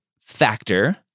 factor